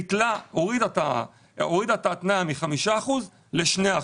והורידה את ההתניה מ-5 אחוזים ל-2 אחוזים.